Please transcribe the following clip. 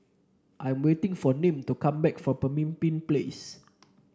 I'm waiting for Nim to come back from Pemimpin Place